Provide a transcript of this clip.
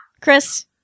Chris